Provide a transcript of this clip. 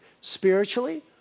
spiritually